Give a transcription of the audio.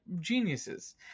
geniuses